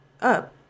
up